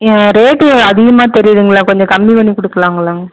rate அதிகமாக தெரியுதுங்களே கொஞ்சம் கம்மி பண்ணிக்கொடுக்கலாம்ங்கள